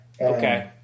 Okay